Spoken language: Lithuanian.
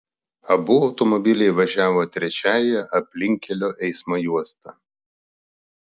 abu automobiliai važiavo trečiąja aplinkkelio eismo juosta